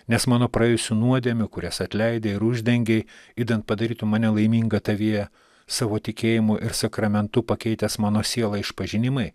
nes mano praėjusių nuodėmių kurias atleidi ir uždengei idant padarytum mane laimingą tavyje savo tikėjimu ir sakramentu pakeitęs mano sielą išpažinimai